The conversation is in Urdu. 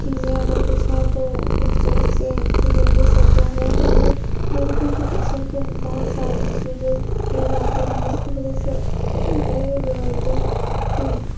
چیزیں اگر کچھ ہیں تو پکچر سے کے ذریعے سے تو وہ ہے یہ کہ لڑکیوں کے پکچر کے بہت سارے مسیوزز کیے جاتے ہیں جس کی وجہ سے ہم ڈڑے ہوئے ہوتے ہیں کہ